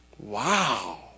Wow